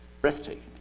breathtaking